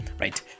Right